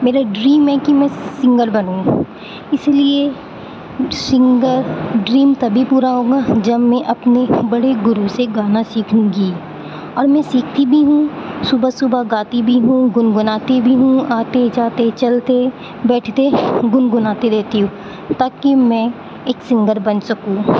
میرا ڈریم ہے کہ میں سنگر بنوں اس لیے سنگر ڈریم تبھی پورا ہوگا جب میں اپنے بڑے گرو سے گانا سیکھوں گی اور میں سیکھتی بھی ہوں صبح صبح گاتی بھی ہوں گنگناتی بھی ہوں آتے جاتے چلتے بیٹھتے گنگناتی رہتی ہوں تاکہ میں ایک سنگر بن سکوں